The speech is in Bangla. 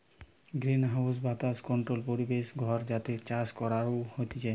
গ্রিনহাউস হাওয়া বাতাস কন্ট্রোল্ড পরিবেশ ঘর যাতে চাষ করাঢু হতিছে